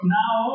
Now